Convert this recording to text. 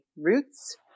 roots